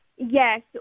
Yes